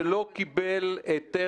שלא קיבל היתר,